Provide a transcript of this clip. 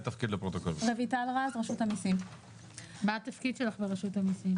מה התפקיד שלך ברשות המסים?